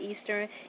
Eastern